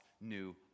new